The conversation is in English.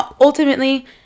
ultimately